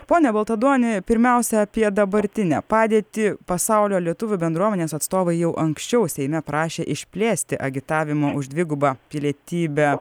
pone baltaduoni pirmiausia apie dabartinę padėtį pasaulio lietuvių bendruomenės atstovai jau anksčiau seime prašė išplėsti agitavimo už dvigubą pilietybę